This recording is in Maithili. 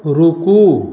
रुकू